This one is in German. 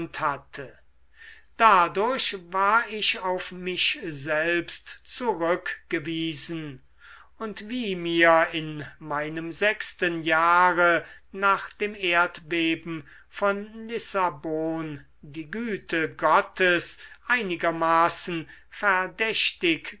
hatte dadurch war ich auf mich selbst zurückgewiesen und wie mir in meinem sechsten jahre nach dem erdbeben von lissabon die güte gottes einigermaßen verdächtig